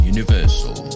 Universal